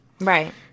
Right